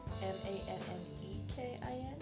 M-A-N-N-E-K-I-N